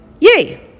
yay